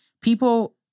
People